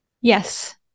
Yes